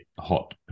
hot